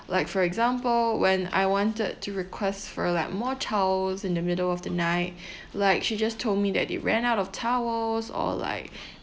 like for example when I wanted to request for like more towels in the middle of the night like she just told me that they ran out of towels or like